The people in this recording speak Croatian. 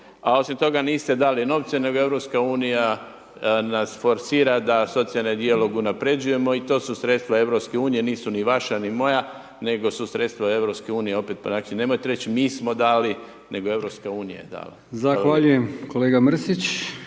A osim toga niste dali novce nego Europska unija nas forsira da socijalni dijalog unapređujemo i to su sredstva EU, nisu ni vaša ni moja, nego su sredstva EU opet pa znači nemojte reći mi smo dali, nego EU je dala.